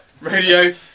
Radio